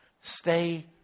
Stay